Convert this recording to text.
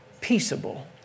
Peaceable